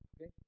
Okay